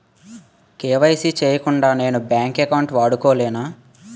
KYC చేయకుండా నేను bank account వాడుకొలేన?